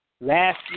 Last